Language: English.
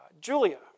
Julia